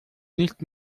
nicht